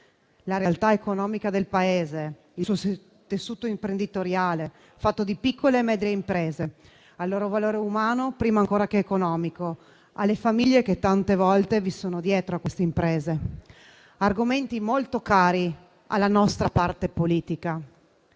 la realtà economica del Paese; il suo tessuto imprenditoriale, fatto di piccole e medie imprese e il loro valore umano prima ancora che economico; le famiglie che tante volte sono dietro a tali imprese. Sono argomenti molto cari alla nostra parte politica.